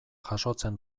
jasotzen